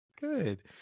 good